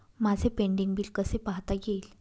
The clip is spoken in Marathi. माझे पेंडींग बिल कसे पाहता येईल?